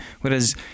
Whereas